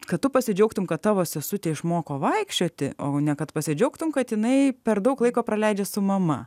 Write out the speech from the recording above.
ka tu pasidžiaugtum kad tavo sesutė išmoko vaikščioti o ne kad pasidžiaugtum kad jinai per daug laiko praleidžia su mama